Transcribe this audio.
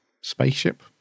spaceship